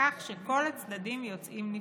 כך שכל הצדדים יוצאים נפסדים.